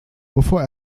bevor